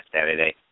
Saturday